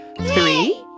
Three